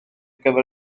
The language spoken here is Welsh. gyfer